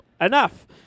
Enough